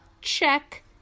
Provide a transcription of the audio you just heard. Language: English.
check